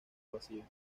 vacío